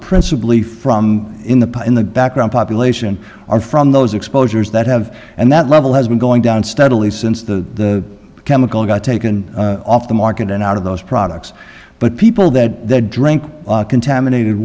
principally from in the in the background population or from those exposures that have and that level has been going down steadily since the chemical got taken off the market and out of those products but people that drink contaminated